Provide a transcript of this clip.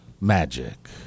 magic